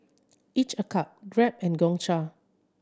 Each a Cup Grab and Gongcha